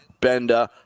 Bender